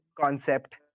concept